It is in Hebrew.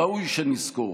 ראוי שנזכור